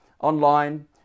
online